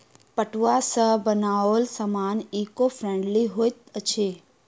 पटुआ सॅ बनाओल सामान ईको फ्रेंडली होइत अछि